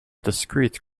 discrete